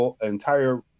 entire